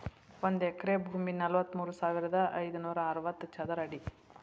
ಒಂದ ಎಕರೆ ಭೂಮಿ ನಲವತ್ಮೂರು ಸಾವಿರದ ಐದನೂರ ಅರವತ್ತ ಚದರ ಅಡಿ